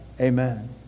Amen